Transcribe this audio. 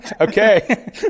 okay